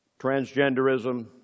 transgenderism